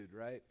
right